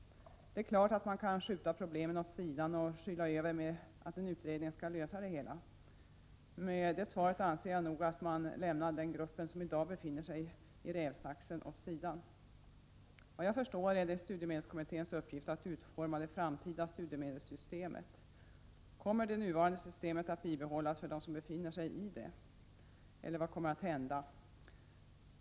Det är klart att man kan skjuta problemen åt sidan och skyla över med att en utredning skall lösa det hela. Med det svaret anser jag nog att man lämnar den grupp som i dag befinner sig i rävsaxen åt sidan. Enligt vad jag förstår är det studiemedelskommitténs uppgift att utforma det framtida studiemedelssystemet. Kommer det nuvarande systemet att bibehållas för dem som befinner sig i det eller vad kommer att hända?